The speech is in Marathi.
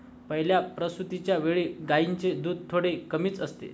पहिल्या प्रसूतिच्या वेळी गायींचे दूध थोडे कमी असते